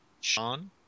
Sean